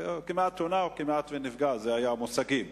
"כמעט תאונה" או "כמעט נפגע", אלה היו המושגים.